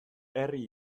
herri